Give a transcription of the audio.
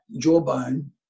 jawbone